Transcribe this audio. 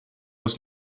was